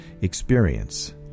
experience